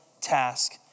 task